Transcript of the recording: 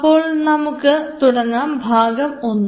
അപ്പോൾ നമുക്ക് തുടങ്ങാം ഭാഗം ഒന്ന്